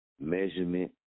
measurement